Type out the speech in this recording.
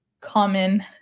common